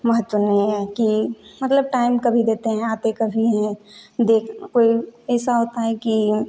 महत्व नहीं है कि मतलब टाइम कभी देते हैं आते कभी हैं देख कोई ऐसा होता है कि